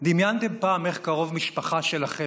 דמיינתם פעם איך קרוב משפחה שלכם,